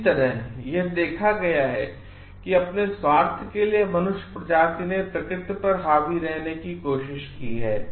इसी तरह यह देखा गया है कि अपने स्वार्थ के लिए मनुष्य प्रजाति ने प्रकृति पर हावी रहने की कोशिश की है